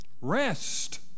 rest